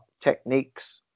techniques